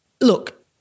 look